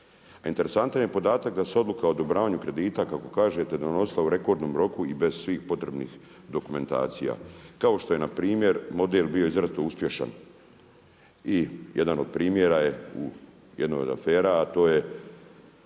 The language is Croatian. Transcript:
A interesantan je podatak da se odluka u odobravanju kredita kako kažete donosila u rekordnom roku i bez svih potrebnih dokumentacija kao što je npr. model bio izrazito uspješan. I jedan od primjera je u jednoj od afera a to je